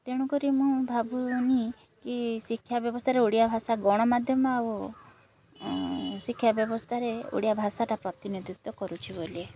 ତେଣୁକରି ମୁଁ ଭାବୁନି କି ଶିକ୍ଷା ବ୍ୟବସ୍ଥାରେ ଓଡ଼ିଆ ଭାଷା ଗଣମାଧ୍ୟମ ଆଉ ଶିକ୍ଷା ବ୍ୟବସ୍ଥାରେ ଓଡ଼ିଆ ଭାଷାଟା ପ୍ରତିନିଧିତ୍ଵ କରୁଛି ବୋଲି